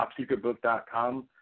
topsecretbook.com